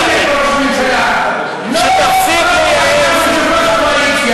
היישובים היהודיים לבין היישובים הערביים?